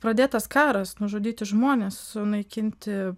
pradėtas karas nužudyti žmonės sunaikinti